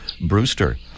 Brewster